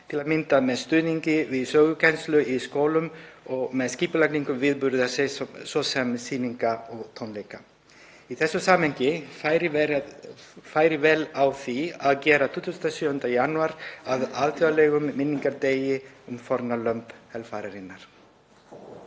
til að mynda með stuðningi við sögukennslu í skólum og með skipulagningu viðburða, svo sem sýninga og tónleika. Í þessu samhengi færi vel á því að gera 27. janúar að alþjóðlegum minningardegi um fórnarlömb helfararinnar.